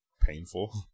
painful